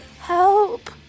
help